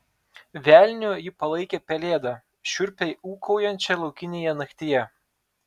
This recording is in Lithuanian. velniu ji palaikė pelėdą šiurpiai ūkaujančią laukinėje naktyje